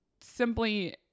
simply